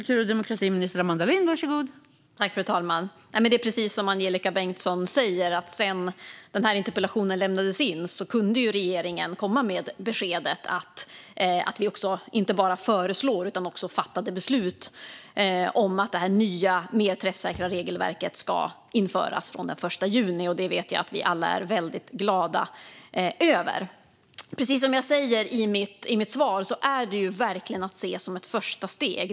Fru talman! Precis som Angelika Bengtsson säger har regeringen efter att den här interpellationen lämnades in kunnat fatta beslut om att det nya, mer träffsäkra regelverket ska införas från den 1 juni. Det vet jag att vi alla är väldigt glada över. Som jag sa i mitt svar ska detta verkligen ses som ett första steg.